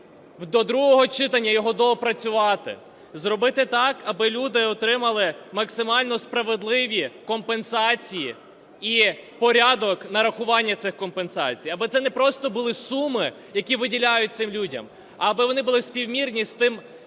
до другого читання його доопрацювати, зробити так, аби люди отримали максимально справедливі компенсації і порядок нарахування цих компенсацій, аби це не просто були суми, які виділяють цим людям, а аби вони були співмірні з тим,